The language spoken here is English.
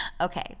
okay